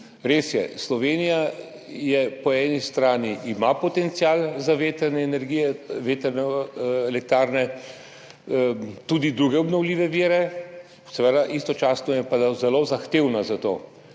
res je, Slovenija po eni strani ima potencial za vetrne elektrarne, tudi druge obnovljive vire, istočasno je pa zelo zahtevna za to.